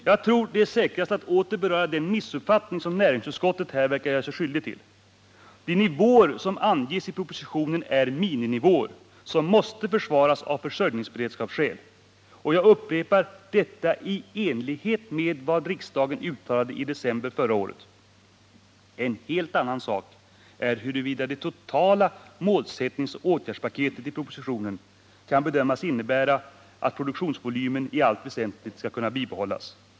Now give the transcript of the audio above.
Jag tror det är säkrast att åter beröra den missuppfattning som näringsutskottet här verkar ha gjort sig skyldigt till. De nivåer som anges i propositionen är miniminivåer, som måste försvaras av försörjningsberedskapsskäl. Och — jag upprepar — detta är i enlighet med vad riksdagen uttalade i december förra året. En helt annan sak är, huruvida det totala målsättningsoch åtgärdspaketet i propositionen kan bedömas innebära att produktionsvolymen i allt väsentligt skall kunna bibehållas.